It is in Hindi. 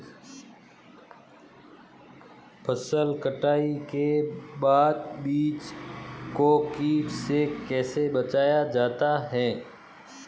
फसल कटाई के बाद बीज को कीट से कैसे बचाया जाता है?